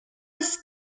its